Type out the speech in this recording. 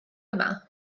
yma